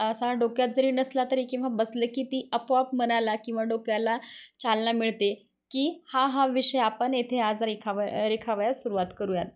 असा डोक्यात जरी नसला तरी किंवा बसलं की ती आपोआप मनाला किंवा डोक्याला चालना मिळते की हा हा विषय आपण येथे आज रेखाव रेखावयाची सुरुवात करूया